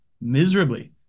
miserably